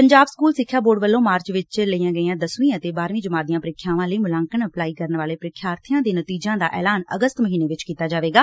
Punjab school ਸਿੱਖਿਆ board ਵੱਲੋਂ ਮਾਰਚ ਵਿੱਚ ਲਈਆਂ ਗਈਆਂ ਦਸਵੀ ਅਤੇ ਬਾਰੁਵੀ ਜਮਾਤ ਦੀਆਂ ਪ੍ਰੀਖਿਆਵਾਂ ਲਈ ਮੁਲਾਂਕਣ ਅਪਲਾਈ ਕਰਨ ਵਾਲੇ ਪ੍ਰੀਖਿਆਰਬੀਆਂ ਦੇ ਨਤੀਜਿਆਂ ਦਾ ਐਲਾਨ ਅਗਸਤ ਮਹੀਨੇ ਵਿੱਚ ਕੀਤਾ ਜਾਵੇਗਾ